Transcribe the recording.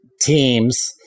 teams